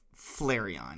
flareon